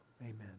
Amen